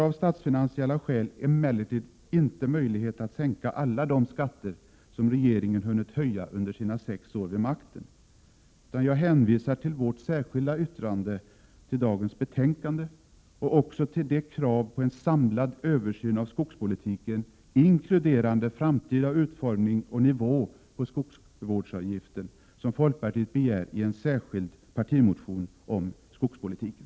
Av statsfinansiella skäl finns det emellertid inte möjlighet att sänka alla de skatter som regeringen hunnit höja under sina sex år vid makten, utan jag hänvisar till vårt särskilda yttrande till dagens betänkande och till det krav på en samlad översyn av skogspolitiken inkluderande framtida utformning och 57 nivå på skogsvårdsavgiften, som folkpartiet begär i en särskild partimotion om skogspolitiken.